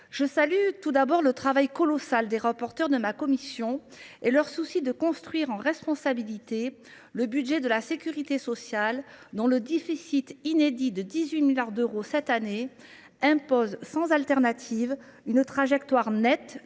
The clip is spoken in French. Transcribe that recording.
je salue tout d’abord le travail colossal des rapporteurs et leur souci de construire, en responsabilité, le budget de la sécurité sociale, dont le déficit inédit de 18 milliards d’euros nous impose cette année, sans alternative, une trajectoire nette